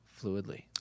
fluidly